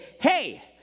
hey